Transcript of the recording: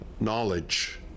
knowledge